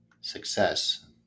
success